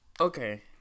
okay